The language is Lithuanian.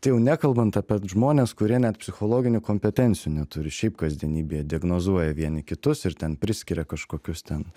jau nekalbant apie žmones kurie net psichologinių kompetencijų neturi šiaip kasdienybėje diagnozuoja vieni kitus ir ten priskiria kažkokius ten